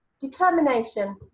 determination